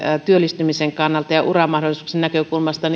työllistymisen kannalta ja uramahdollisuuksien näkökulmasta